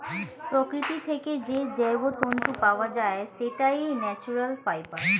প্রকৃতি থেকে যে জৈব তন্তু পাওয়া যায়, সেটাই ন্যাচারাল ফাইবার